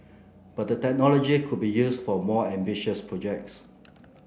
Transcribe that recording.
but the technology could be used for more ambitious projects